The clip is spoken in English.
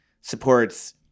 supports